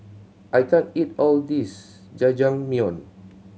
I can't eat all of this Jajangmyeon